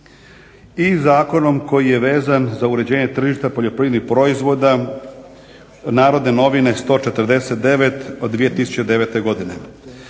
i zakonom koji je vezan za uređenje tržišta poljoprivrednih proizvoda NN 149/09. godine.